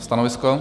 Stanovisko?